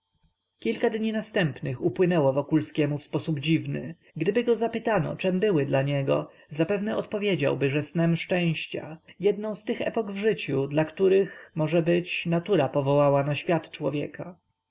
obiad kilka dni następnych upłynęły wokulskiemu w sposób dziwny gdyby go zapytano czem były dla niego zapewne odpowiedziałby że snem szczęścia jedną z tych epok w życiu dla których może być natura powołała na świat człowieka